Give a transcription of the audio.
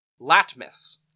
Latmus